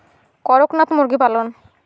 করকনাথ মুরগি পালন?